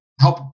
help